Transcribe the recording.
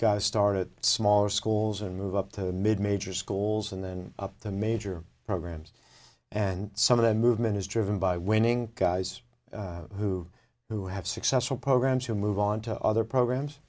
guys started smaller schools and move up to the mid major schools and then up the major programs and some of the movement is driven by winning guys who who have successful programs who move on to other programs